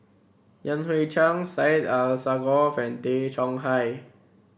Yan Hui Chang Syed Alsagoff and Tay Chong Hai